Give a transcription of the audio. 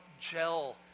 gel